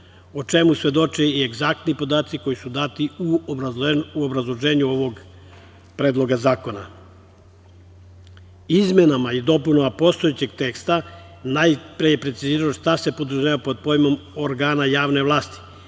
o čemu svedoče i egzaktni podaci koji su dati u obrazloženju ovog Predloga zakona. Izmenama i dopunama postojećeg teksta najpre je precizirano šta se podrazumeva pod pojmom organa javne vlasti